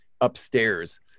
upstairs